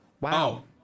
Wow